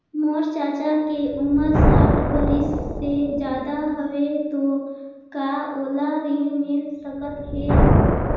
मोर चाचा के उमर साठ बरिस से ज्यादा हवे तो का ओला ऋण मिल सकत हे?